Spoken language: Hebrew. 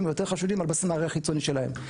או יותר חשודים על בסיס המראה החיצוני שלהם.